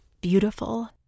beautiful